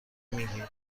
میگی